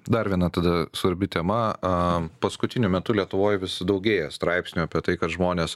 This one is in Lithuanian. dar viena tada svarbi tema aaa paskutiniu metu lietuvoj vis daugėja straipsnių apie tai kad žmonės